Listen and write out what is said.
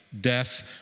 death